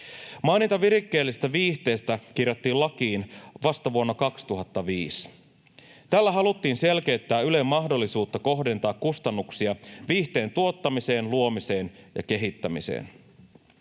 Maininta virikkeellisestä viihteestä kirjattiin lakiin vasta vuonna 2005. Tällä haluttiin selkeyttää Ylen mahdollisuutta kohdentaa kustannuksia viihteen tuottamiseen, luomiseen ja kehittämiseen.